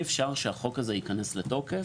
אי אפשר שהחוק הזה ייכנס לתוקף